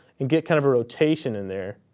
and get kind of a rotation in there.